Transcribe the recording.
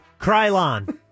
Krylon